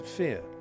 fear